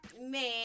Man